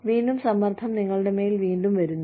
വീണ്ടും സമ്മർദ്ദം നിങ്ങളുടെ മേൽ വീണ്ടും വരുന്നു